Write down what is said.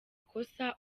ikosa